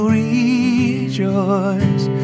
rejoice